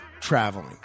traveling